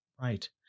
Right